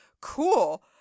cool